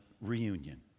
reunion